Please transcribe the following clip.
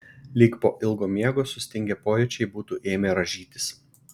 lyg po ilgo miego sustingę pojūčiai būtų ėmę rąžytis